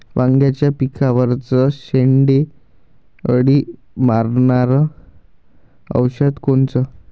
वांग्याच्या पिकावरचं शेंडे अळी मारनारं औषध कोनचं?